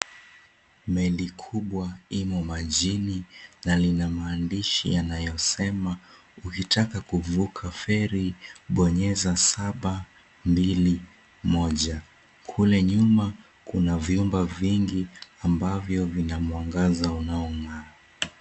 Meli kubwa imo majini na lina maandishi yanayosema ukitaka kuvuka feri bonyeza 721. Kule nyuma kuna vyumba vyingi ambavyo vina mwangaza unaong'aa.